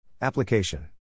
Application